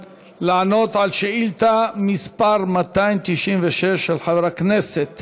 לענות על שאילתה מס' 296 של חבר הכנסת